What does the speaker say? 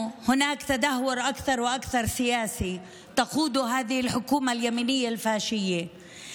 שיש יותר ויותר הידרדרות פוליטית שהממשלה הימנית הפשיסטית הזו מובילה.